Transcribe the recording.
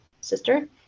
sister